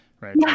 right